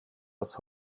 aus